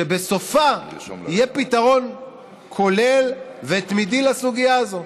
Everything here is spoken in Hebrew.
שבסופה יהיה פתרון כולל ותמידי לסוגיה הזאת.